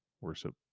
worship